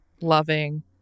loving